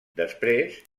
després